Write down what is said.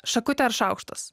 šakutė ar šaukštas